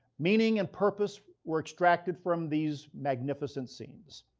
meaning and purpose were extracted from these magnificent scenes.